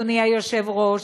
אדוני היושב-ראש,